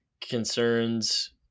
concerns